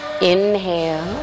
Inhale